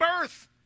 birth